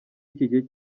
gihe